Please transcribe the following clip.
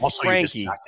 Frankie